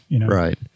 Right